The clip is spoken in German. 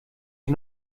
sie